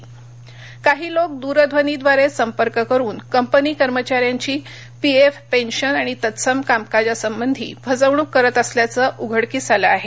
PF सावधगिरी काही लोक दूरध्वनीद्वारे संपर्क करून कंपनी कर्मचार्यांची पीएफपेन्शन आणि तत्सम कामकाजासंबंधी फसवणूक करत असल्याचं उघडकीस आलं आहे